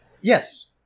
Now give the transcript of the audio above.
Yes